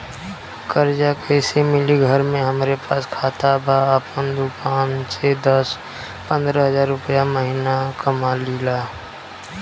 कर्जा कैसे मिली घर में हमरे पास खाता बा आपन दुकानसे दस पंद्रह हज़ार रुपया महीना कमा लीला?